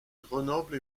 grenoble